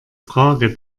frage